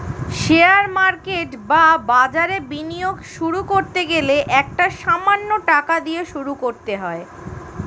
share market বা বাজারে বিনিয়োগ শুরু করতে গেলে একটা সামান্য টাকা দিয়ে শুরু করতে হয়